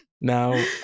Now